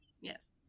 Yes